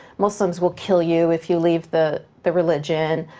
muslims will kill you if you leave the the religion.